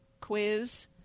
quiz